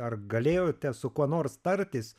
ar galėjote su kuo nors tartis